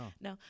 No